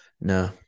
no